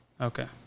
Okay